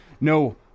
no